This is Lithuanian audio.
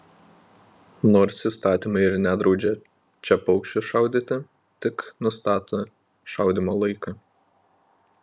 nors įstatymai ir nedraudžia čia paukščius šaudyti tik nustato šaudymo laiką